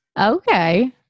Okay